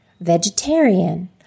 vegetarian